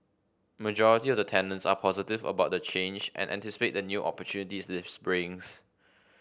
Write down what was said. majority of the tenants are positive about the change and anticipate the new opportunities this brings